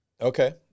okay